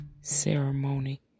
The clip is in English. ceremony